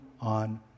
on